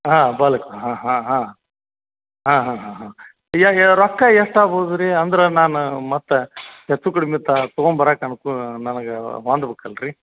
ಹಾಂ ಬಲಕ್ಕೆ ಹಾಂ ಹಾಂ ಹಾಂ ಹಾಂ ಹಾಂ ಹಾಂ ಹಾಂ ಈಗ ರೊಕ್ಕ ಎಷ್ಟು ಆಗ್ಬೋದು ರೀ ಅಂದ್ರೆ ನಾನು ಮತ್ತೆ ಹೆಚ್ಚು ಕಡ್ಮೆ ತೊಗೊಂಬರಕ್ಕೆ ಅನುಕೂಲ ನನಗೆ ಹೊಂದಬೇಕಲ್ಲ ರೀ